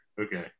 okay